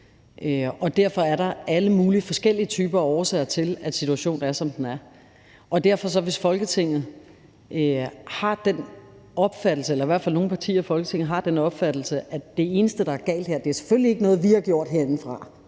og derfor er der alle mulige forskellige typer af årsager til, at situationen er, som den er. Hvis Folketinget har den opfattelse, eller hvis i hvert fald nogle partier i Folketinget har den opfattelse, at det eneste, der er galt her, selvfølgelig ikke er på grund af noget, vi har gjort herindefra